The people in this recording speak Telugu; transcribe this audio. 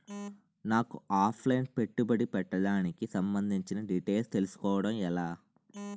నాకు ఆఫ్ లైన్ పెట్టుబడి పెట్టడానికి సంబందించిన డీటైల్స్ తెలుసుకోవడం ఎలా?